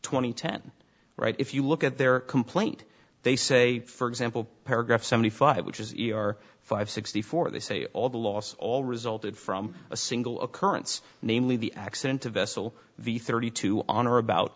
and ten right if you look at their complaint they say for example paragraph seventy five which is e r five sixty four they say all the loss all resulted from a single occurrence namely the accident of vessel the thirty two on or about